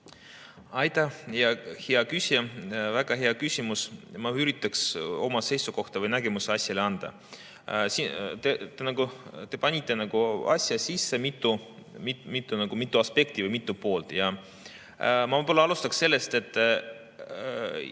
väga hea küsimus! Ma üritan oma seisukohta või nägemust asjale anda. Te panite asja sisse nagu mitu aspekti või mitu poolt. Ma alustan sellest